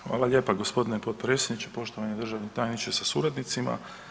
Hvala lijepa g. potpredsjedniče, poštovani državni tajniče sa suradnicima.